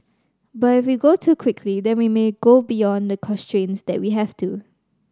but if we go too quickly then we may go beyond the constraints that we have to